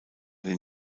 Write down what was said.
den